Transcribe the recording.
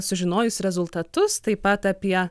sužinojus rezultatus taip pat apie